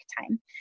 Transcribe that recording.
time